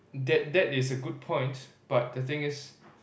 that that is a good point but the thing is